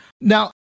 Now